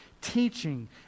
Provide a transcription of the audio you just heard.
teaching